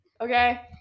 okay